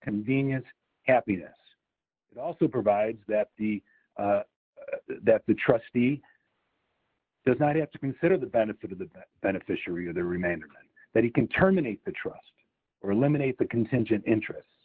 convenience happiness also provides that the that the trustee does not have to consider the benefit of the beneficiary of the remainder that he can terminate the trust or eliminate the contingent interests